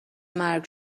مرگ